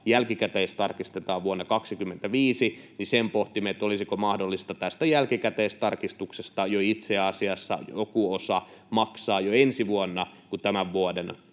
jälkikäteistarkistetaan vuonna 25, olisiko mahdollista tästä jälkikäteistarkistuksesta itse asiassa joku osa maksaa jo ensi vuonna, kun tämän vuoden